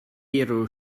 hero